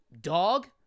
dog